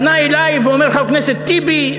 הוא פנה אלי ואמר: חבר הכנסת טיבי,